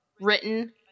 written